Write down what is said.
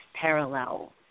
parallel